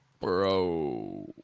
bro